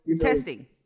testing